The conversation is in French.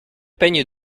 peignes